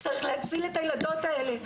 צריך להציל את הילדות האלה.